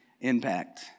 impact